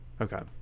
okay